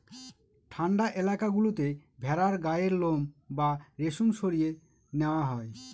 ঠান্ডা এলাকা গুলোতে ভেড়ার গায়ের লোম বা রেশম সরিয়ে নেওয়া হয়